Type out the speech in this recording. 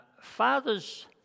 Fathers